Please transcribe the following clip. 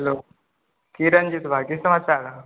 hello की रंजीत भाय की समाचार हऽ